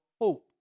hope